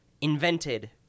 invented